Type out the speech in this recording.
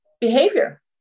behavior